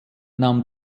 nahm